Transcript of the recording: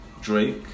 Drake